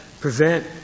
Prevent